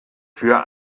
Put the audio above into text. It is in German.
für